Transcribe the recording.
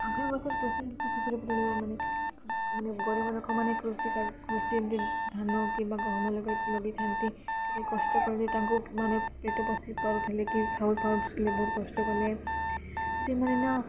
ଆଗାମୀ ବର୍ଷରେ କୃଷି ଉପରେ କିପରି ପଡ଼ିବ ମାନେ ମାନେ ଗରିବ ଲୋକମାନେ କୃଷି କାର୍ଯ୍ୟ କୃଷି ଧାନ କିମ୍ବା ଗହମ ଲଗାଇ ଲଗେଇଥାନ୍ତି ଟିକେ କଷ୍ଟ କଲେ ତାଙ୍କୁ ମାନେ ପେଟ ପୋଷି ପାରୁଥିଲେ କି ଖାଇ ପାରୁଥିଲେ ବହୁତ କଷ୍ଟ କଲେ ସେମାନେ ନା